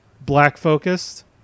black-focused